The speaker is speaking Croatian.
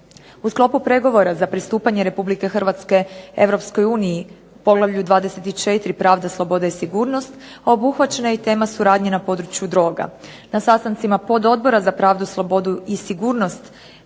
U sklopu pregovora za pristupanje RH EU u poglavlju 24. – Pravda, sloboda i sigurnost obuhvaćena je i tema suradnje na području droga. Na sastancima Pododbora za pravdu, slobodu i sigurnost